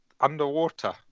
underwater